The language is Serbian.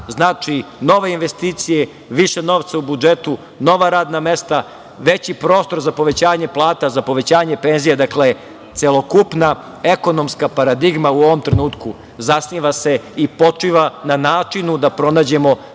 znači nove investicije, više novca u budžetu, nova radna mesta, veći prostor za povećanje plata, za povećanje penzija. Dakle, celokupna ekonomska paradigma u ovom trenutku zasniva se i počiva na načinu da pronađemo